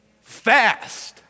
fast